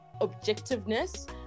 objectiveness